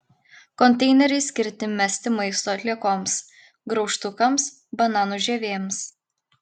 konteineriai skirti mesti maisto atliekoms graužtukams bananų žievėms